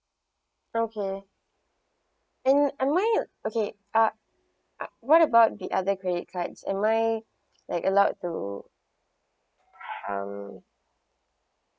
okay am am I okay ah ah what about the other credit cards am I like allow to